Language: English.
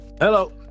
Hello